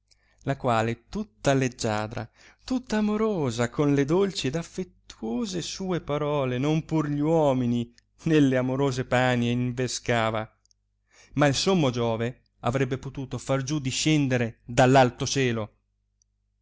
la quale tutta leggiadra tutta amorosa con le dolci ed affettuose sue parole non pur gli uomini nelle amorose panie invescava ma il sommo giove avrebbe potuto far giù discendere da l'alto cielo